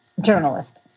journalist